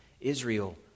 Israel